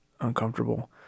uncomfortable